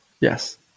Yes